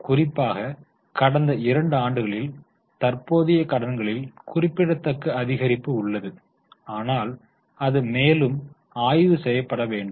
குறிப்பாக கடந்த 2 ஆண்டுகளில் தற்போதைய கடன்களில் குறிப்பிடத்தக்க அதிகரிப்பு உள்ளது ஆனால் அது மேலும் ஆய்வு செய்யப்பட வேண்டும்